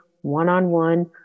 one-on-one